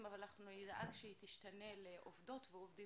לעובדי